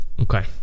okay